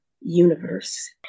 universe